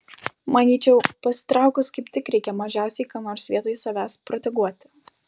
manyčiau pasitraukus kaip tik reikia mažiausiai ką nors vietoj savęs proteguoti